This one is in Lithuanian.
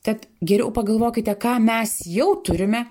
tad geriau pagalvokite ką mes jau turime